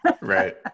right